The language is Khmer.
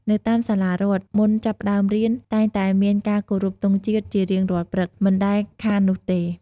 នៅតាមសាលារដ្ឋ មុនចាប់ផ្ដើមរៀន តែងតែមានការគោរពទង់ជាតិជារៀងរាល់ព្រឹក មិនដែលខាននោះទេ។